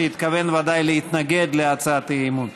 שהתכוון ודאי להתנגד להצעת האי-אמון.